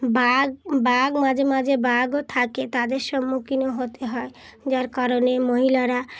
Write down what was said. বাঘ বাঘ মাঝে মাঝে বাঘও থাকে তাদের সম্মুখীনও হতে হয় যার কারণে মহিলারা